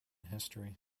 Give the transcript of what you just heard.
history